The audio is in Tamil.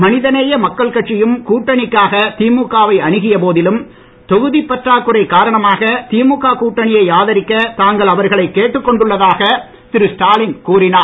மனிதநேய மக்கள் கட்சியும் கூட்டணிக்காக திமுக வை அணுகியபோதிலும் தொகுதி பற்றாக்குறை காரணமாக திமுக கூட்டணியை ஆதரிக்க தாங்கள் அவர்களை கேட்டுக் கொண்டுள்ளதாக திரு ஸ்டாலின் கூறினார்